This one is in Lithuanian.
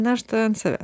naštą ant savęs